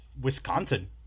Wisconsin